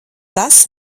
tas